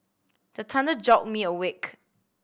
the thunder jolt me awake